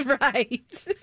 Right